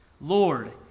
Lord